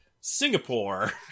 Singapore